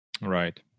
Right